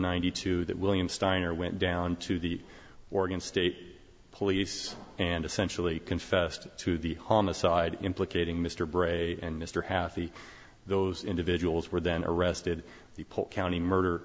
ninety two that william steiner went down to the oregon state police and essentially confessed to the homicide implicating mr bray and mr hathi those individuals were then arrested the polk county murder